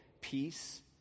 peace